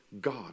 God